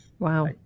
Wow